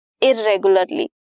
irregularly